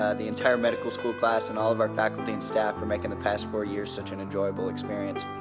ah the entire medical school class, and all of our faculty and staff for making the past four years such an enjoyable experience.